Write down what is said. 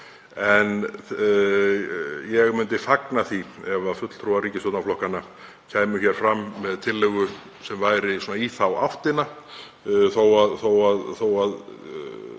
En ég myndi fagna því ef fulltrúar ríkisstjórnarflokkanna kæmu fram með tillögu sem væri í þá áttina, þó að